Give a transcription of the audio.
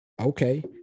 okay